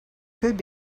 could